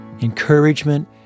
encouragement